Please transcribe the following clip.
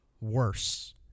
worse